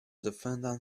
defendant